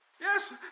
Yes